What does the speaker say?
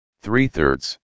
Three-thirds